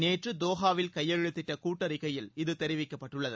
நேற்று தோஹாவில் கையெழுத்திட்ட கூட்டறிக்கையில் இது தெரிவிக்கப்பட்டுள்ளது